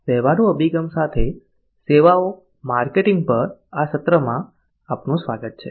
વ્યવહારુ અભિગમ સાથે સેવાઓ માર્કેટિંગ પર આ સત્રમાં આપનું સ્વાગત છે